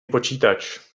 počítač